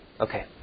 Okay